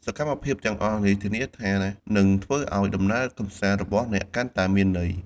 សកម្មភាពទាំងអស់នេះធានាថានឹងធ្វើឲ្យដំណើរកម្សាន្តរបស់អ្នកកាន់តែមានន័យ។